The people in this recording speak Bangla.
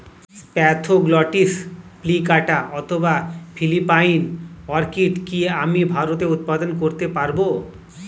স্প্যাথোগ্লটিস প্লিকাটা অথবা ফিলিপাইন অর্কিড কি আমি ভারতে উৎপাদন করতে পারবো?